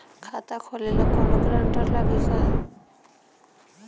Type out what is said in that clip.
खाता खोले ला कौनो ग्रांटर लागी का?